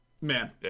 man